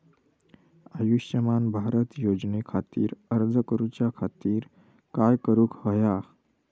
आयुष्यमान भारत योजने खातिर अर्ज करूच्या खातिर काय करुक होया?